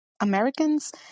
Americans